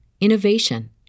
innovation